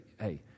hey